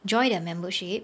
join their membership